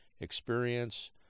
experience